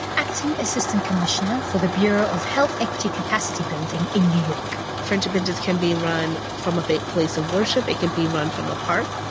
acting assistant commissioner for the bureau of health equity capacity building in new york. friendship benches can be run from a place of worship, it can be run from a park.